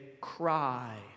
cry